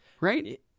Right